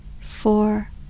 four